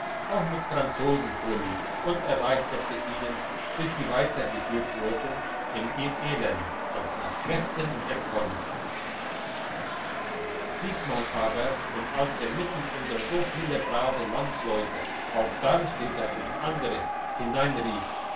auch mit franzosen vorlieb und erleichterte ihnen bis sie weitergeführt wurden ihr elend als nach kräften er konnte diesmal aber und als er mitten unter so viele geneigte leser auch darmstädter und andere hineinrief